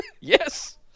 yes